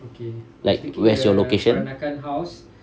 okay like where's your location